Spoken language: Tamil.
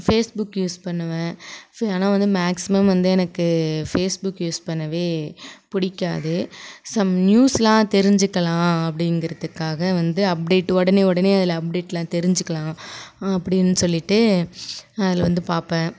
ஃபேஸ்புக்கு யூஸ் பண்ணுவேன் ஆனால் வந்து மேக்சிமம் வந்து எனக்கு ஃபேஸ்புக் யூஸ் பண்ணவே பிடிக்காது சம் நியூஸ்லாம் தெரிஞ்சுக்கலாம் அப்படிங்கிறதுக்காக வந்து அப்டேட்டு உடனே உடனே அதில் அப்டேட்டுலாம் தெரிஞ்சுக்கலாம் அப்டின்னு சொல்லிட்டு அதில் வந்து பார்ப்பேன்